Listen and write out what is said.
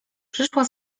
przyszła